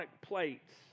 plates